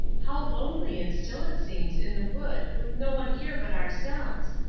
how lonely and still it seems in the wood with no one here but ourselves!